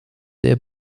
der